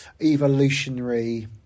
evolutionary